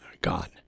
God